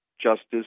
Justice